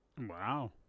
Wow